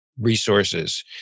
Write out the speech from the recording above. resources